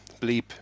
Bleep